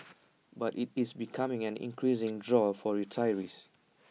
but IT is becoming an increasing draw for retirees